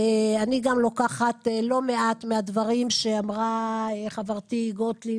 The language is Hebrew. אני גם לוקחת לא מעט מהדברים שאמרה חברתי גוטליב